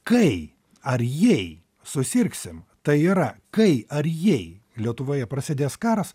kai ar jei susirgsim tai yra kai ar jei lietuvoje prasidės karas